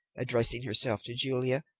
addressing herself to julia,